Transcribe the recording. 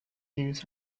use